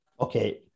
Okay